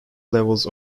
levels